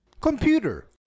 Computer